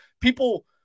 people